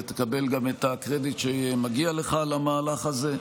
ותקבל גם את הקרדיט שמגיע לך על המהלך הזה.